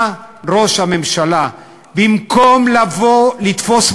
שאני מוקיע ומגנה אלימות מכל סוג שהוא נגד חפים